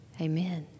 Amen